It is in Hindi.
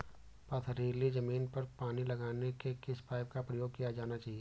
पथरीली ज़मीन पर पानी लगाने के किस पाइप का प्रयोग किया जाना चाहिए?